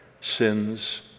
sins